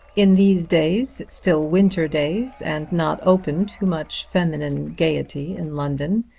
in these days still winter days, and not open to much feminine gaiety in london,